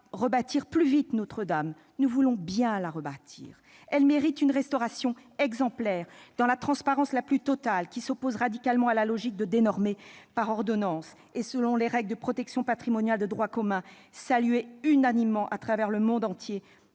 rebâtir « plus vite » Notre-Dame ; nous voulons « bien » la rebâtir. Elle mérite une restauration exemplaire, dans la transparence la plus totale, qui s'oppose radicalement à la logique de « dénormer » par ordonnances, et selon les règles de protection patrimoniale de droit commun saluées unanimement à travers le monde entier